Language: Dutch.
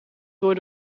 door